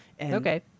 Okay